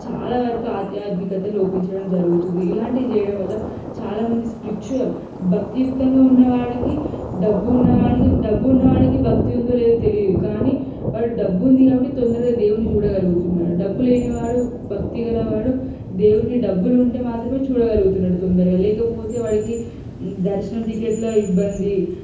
చాలా వరకు ఆధ్యాత్మికత లోపించడం జరుగుతుంది ఇలాంటివి చేయడం వల్ల చాలా మంది స్పిరిచువల్ భక్తియుక్తంగా ఉన్నవాడికి డబ్బు ఉన్నవాడికి డబ్బు ఉన్నవాడికి భక్తి ఉందో లేదో తెలియదు కానీ వాడు డబ్బు ఉంది కాబట్టి తొందరగా దేవుడిని చూడగలుగుతున్నాడు డబ్బు లేని వాడు భక్తిగల వాడు దేవుడిని డబ్బులు ఉంటే మాత్రమే చూడగలుగుతున్నాడు తొందరగా లేకపోతే వాడికి దర్శనం టికెట్లు ఇబ్బంది